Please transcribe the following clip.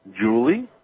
Julie